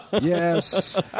Yes